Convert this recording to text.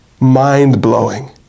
mind-blowing